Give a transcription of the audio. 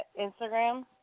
Instagram